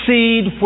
seed